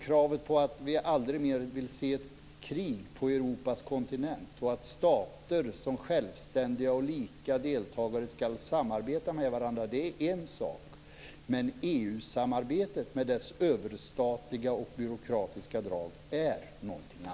Kravet på att vi aldrig mer vill se ett krig på Europas kontinent och att stater som självständiga och lika deltagare ska samarbeta med varandra är en sak - men EU-samarbetet med dess överstatliga och byråkratiska drag är någonting annat.